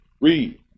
Read